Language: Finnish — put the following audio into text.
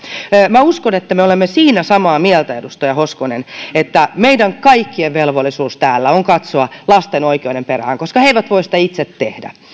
minä uskon että me olemme siinä samaa mieltä edustaja hoskonen että meidän kaikkien velvollisuus täällä on katsoa lasten oikeuden perään koska he eivät voi sitä itse tehdä